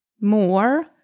more